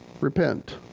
repent